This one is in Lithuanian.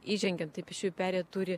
įžengiant į pėsčiųjų perėją turi